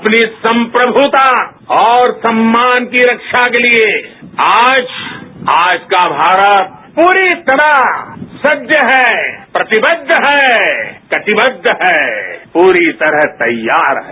अपनी संप्रभुता और सम्मान की रक्षा के लिए आज आज का भारत पूरी तरह सज्ज है प्रतिबद्ध है कटिबद्ध है पूरी तरह तैयार है